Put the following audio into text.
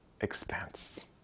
expense